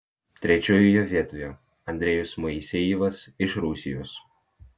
trečiojoje vietoje andrejus moisejevas iš rusijos